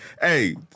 Hey